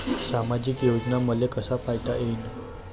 सामाजिक योजना मले कसा पायता येईन?